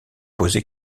poser